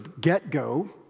get-go